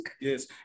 yes